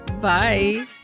Bye